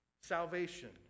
salvation